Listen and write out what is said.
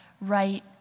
right